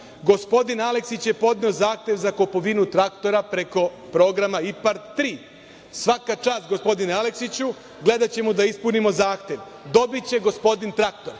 „Gospodin Aleksić je podneo zahtev za kupovinu traktora preko programa IPARD 3. Svaka čast, gospodine Aleksiću, gledaćemo da ispunimo zahtev, dobiće gospodin traktor“.